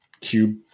cube